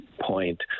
point